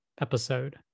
episode